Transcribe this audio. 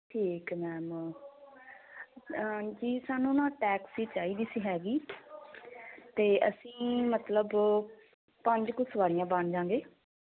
ਠੀਕ ਹੈ ਮੈਮ ਜੀ ਸਾਨੂੰ ਨਾ ਟੈਕਸੀ ਚਾਹੀਦੀ ਸੀ ਹੈਵੀ ਅਤੇ ਅਸੀਂ ਮਤਲਬ ਪੰਜ ਕੁ ਸਵਾਰੀਆਂ ਬਣ ਜਾਵਾਂਗੇ